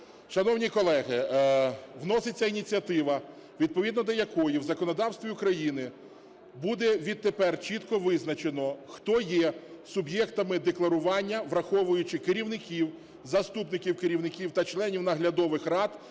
Шановні колеги, вноситься ініціатива, відповідно до якої в законодавстві України буде відтепер чітко визначено, хто є суб'єктами декларування, враховуючи керівників, заступників керівників та членів наглядових рад